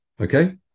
Okay